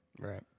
Right